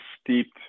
steeped